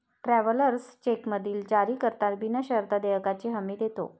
travellers चेकमधील जारीकर्ता बिनशर्त देयकाची हमी देतो